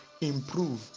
improve